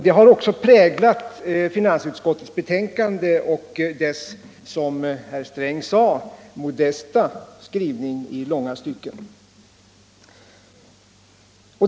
Det har också präglat finansutskottets betänkande och dess, som herr Sträng sade, modesta skrivning i långa stycken.